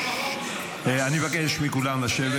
אני מבקש מכולם לשבת.